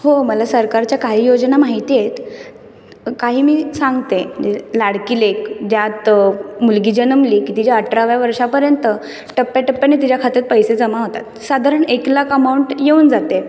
हो मला सरकारच्या काही योजना माहिती आहेत काही मी सांगते म्हणजे लाडकी लेक ज्यात मुलगी जन्मली की तिच्या अठराव्या वर्षापर्यंत टप्प्याटप्प्याने तिच्या खात्यात पैसे जमा होतात साधारण एक लाख अमाऊंट येऊन जाते